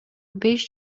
беш